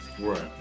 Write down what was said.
Right